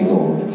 Lord